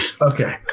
Okay